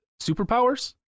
superpowers